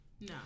No